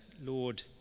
Lord